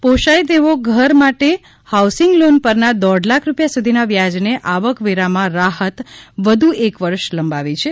પોષાય તેવો ઘર માટે હાઉસિંગ લોન પરના દોઢ લાખ રૂપિયા સુધીના વ્યાજને આવકવેરામાં રાહત વધુ એક વર્ષ લંબાવી છે